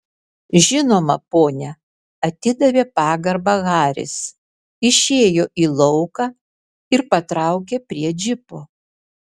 žinoma pone atidavė pagarbą haris išėjo į lauką ir patraukė prie džipo